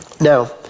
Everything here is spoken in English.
Now